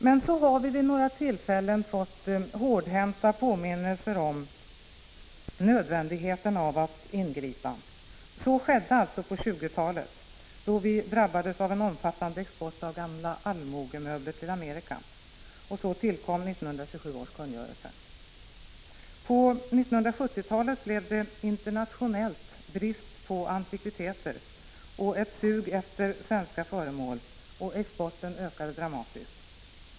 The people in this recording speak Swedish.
Men vid några tillfällen har vi fått hårdhänta påminnelser om nödvändigheten av att ingripa. Så skedde alltså på 1920-talet, då vi drabbades av en omfattande export av gamla allmogemöbler till Amerika. Så tillkom 1927 års kungörelse. På 1970-talet blev det brist på antikviteter utomlands, och ett sug efter svenska föremål uppstod och exporten ökade dramatiskt.